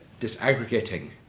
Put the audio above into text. disaggregating